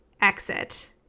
exit